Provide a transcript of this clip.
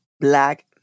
Black